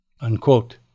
Unquote